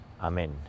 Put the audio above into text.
Amen